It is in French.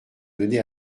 donnés